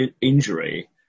injury